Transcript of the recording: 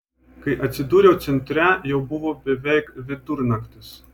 kai atsidūriau centre jau buvo beveik vidurnaktis